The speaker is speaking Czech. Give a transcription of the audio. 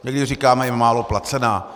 Někdy říkáme i málo placená.